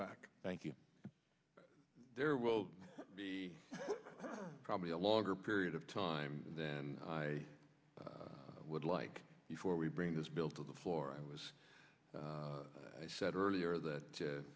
back thank you there will be probably a longer period of time then i would like before we bring this bill to the floor i was i said earlier that